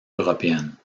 européennes